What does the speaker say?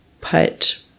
put